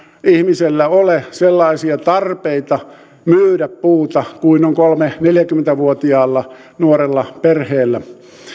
ihmisellä ole sellaisia tarpeita myydä puuta kuin on kolmekymmentä viiva neljäkymmentä vuotiaalla nuorella perheellä